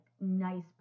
nice